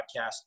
podcast